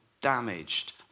damaged